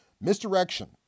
misdirection